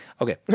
okay